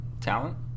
talent